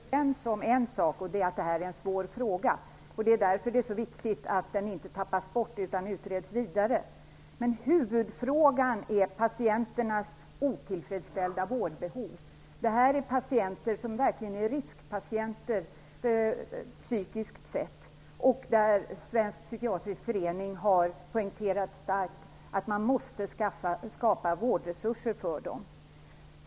Fru talman! Chatrine Pålsson och jag är överens om en sak, att detta är en svår fråga. Därför är det också viktigt att den inte tappas bort utan utreds vidare. Men huvudfrågan är patienternas otillfredsställda vårdbehov. Det här är patienter som psykiskt sett verkligen är riskpatienter. Svensk psykiatrisk förening har starkt poängterat att man måste skapa vårdresurser för dem.